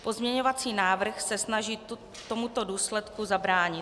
Pozměňovací návrh se snaží tomuto důsledku zabránit.